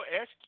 ask